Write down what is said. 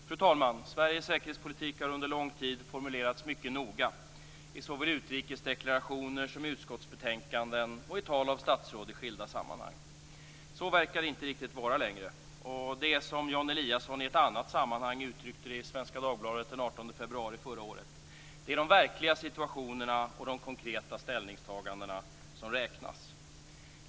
Fru talman! Sveriges säkerhetspolitik har under lång tid formulerats mycket noga i såväl utrikesdeklarationer som i utskottsbetänkanden och i tal av statsråd i skilda sammanhang. Så verkar det inte riktigt vara längre. Det är som Jan Eliasson i ett annat sammanhang uttryckte det i Svenska Dagbladet den 18 februari förra året: Det är de verkliga situationerna och de konkreta ställningstagandena som räknas.